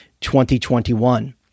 2021